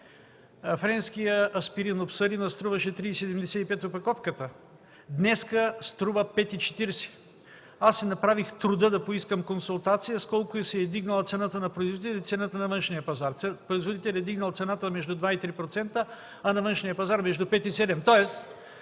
френският аспирин „Упсарин“ струваше 3,75 лв. опаковката, днес струва 5,40 лв. Аз си направих труда да поискам консултация с колко се е вдигнала цената на производителя и цената на външния пазар. Производителят е вдигнал цената между 2 и 3%, а на външния пазар е между 5